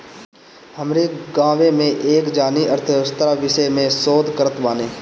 हमरी गांवे में एक जानी अर्थशास्त्र विषय में शोध करत बाने